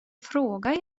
frågar